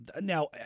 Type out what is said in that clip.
Now